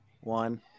One